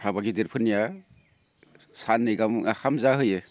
हाबा गेदेर फोरनिया साननै गाहाम ओंखाम जाहोयो